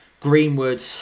Greenwood